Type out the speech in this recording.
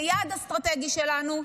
כיעד אסטרטגי שלנו,